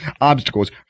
obstacles